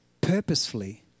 purposefully